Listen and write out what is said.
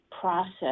process